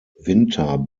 winter